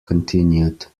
continued